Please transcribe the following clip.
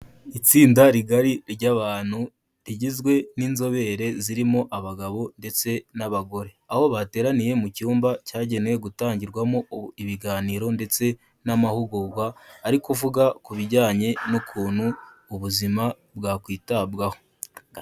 Itsinda rigari ry'abantu rigizwe n'inzobere zirimo abagabo ndetse n'abagore, aho bateraniye mu cyumba cyagenewe gutangirwamo ibiganiro ndetse n'amahugurwa, ari kuvuga ku bijyanye n'ukuntu ubuzima bwakwitabwaho.